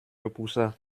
repoussa